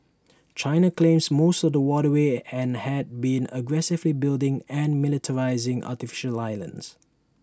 China claims most of the waterway and has been aggressively building and militarising artificial islands